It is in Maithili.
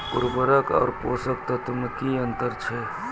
उर्वरक आर पोसक तत्व मे की अन्तर छै?